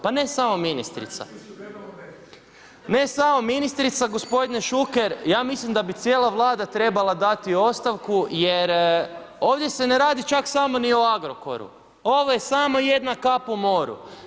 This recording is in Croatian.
Pa ne samo ministrica gospodine Šuker, ja mislim da bi cijela Vlada trebala dati ostavku jer ovdje se ne radi čak samo ni o Agrokoru, ovo je samo jedna kap u moru.